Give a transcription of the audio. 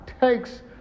takes